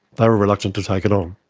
they were reluctant to take it on,